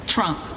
Trump